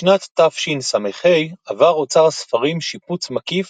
בשנת תשס"ה עבר אוצר הספרים שיפוץ מקיף,